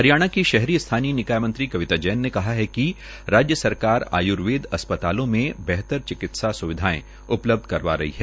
हरियाणा की शहरी स्थानीय निकाय मंत्री कविता जैन ने कहा है कि राज्य सरकार आय्र्वेद अस्पतालों में बेहतर चिकित्सा स्विधाएं उपलब्ध करवा रही है